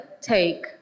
take